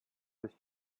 was